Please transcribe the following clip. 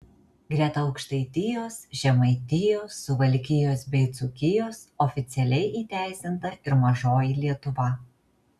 greta aukštaitijos žemaitijos suvalkijos bei dzūkijos oficialiai įteisinta ir mažoji lietuva